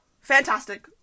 Fantastic